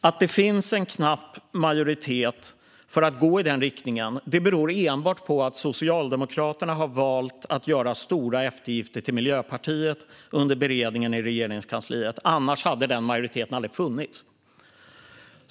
Att det finns en knapp majoritet för att gå i denna riktning beror enbart på att Socialdemokraterna har valt att göra stora eftergifter till Miljöpartiet under beredningen i Regeringskansliet. Annars hade en sådan majoritet aldrig funnits.